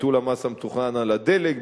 ביטול המס המתוכנן על הדלק,